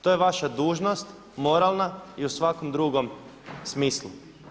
To je vaša dužnost moralna i u svakom drugom smislu.